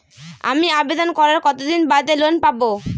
আমি আবেদন করার কতদিন বাদে লোন পাব?